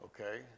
okay